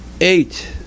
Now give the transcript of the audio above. eight